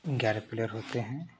ग्यारह प्लेयर होते हैं